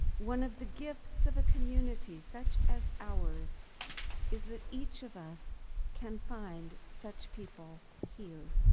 one of the gifts of a community such as ours is that each of us can find such people here.